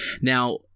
Now